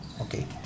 Okay